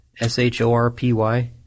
S-H-O-R-P-Y